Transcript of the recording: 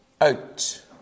out